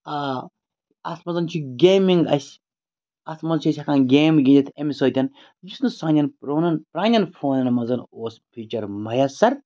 آ اَتھ منٛز چھُ گیمِنٛگ اَسہِ اَتھ منٛز چھِ أسۍ ہیٚکان گیم گِنٛدِتھ اَمہِ سۭتۍ یُس نہٕ سانیٚن پرٛونَن پرٛانیٚن فونَن منٛز اوس فیٖچَر مَیَسَر